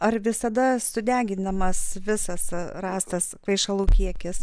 ar visada sudeginamas visas rastas kvaišalų kiekis